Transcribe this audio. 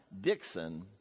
Dixon